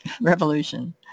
revolution